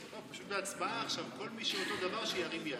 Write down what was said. פשוט בהצבעה עכשיו, כל מי שאותו דבר, שירים יד.